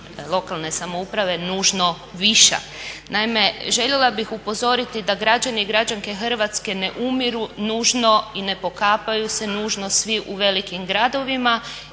lokalne samouprave nužno viša. Naime željela bih upozoriti da građani i građanke Hrvatske ne umiru nužno i ne pokapaju se nužno svi u velikim gradovima